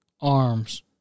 arms